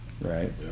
Right